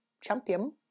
champion